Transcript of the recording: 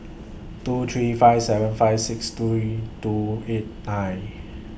two three five seven five six three two eight nine